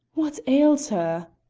what ails her?